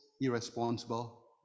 irresponsible